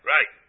Right